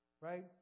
Right